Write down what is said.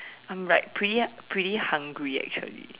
I'm like pretty pretty hungry actually